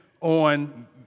on